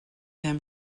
him